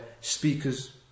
speakers